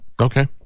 Okay